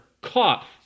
caught